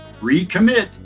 recommit